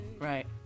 Right